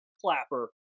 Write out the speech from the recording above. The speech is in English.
Clapper